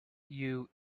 you